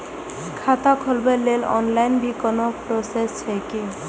खाता खोलाबक लेल ऑनलाईन भी कोनो प्रोसेस छै की?